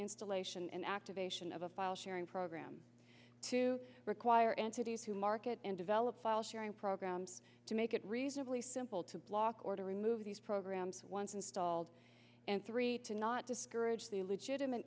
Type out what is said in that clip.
installation and activation of a file sharing program to require entities who market and develop file sharing programs to make it reasonably simple to block or to remove these programs once installed and three to not discourage the legitimate